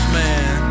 man